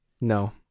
no